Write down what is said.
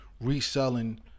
reselling